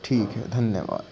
ठीक है धन्यवाद